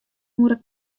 oere